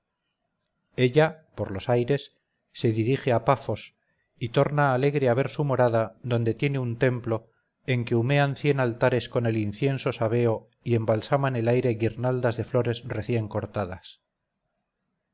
ella por los aires se dirige a pafos y torna alegre a ver su morada donde tiene un templo en que humean cien altares con el incienso sabeo y embalsaman el aire guirnaldas de flores recién cortadas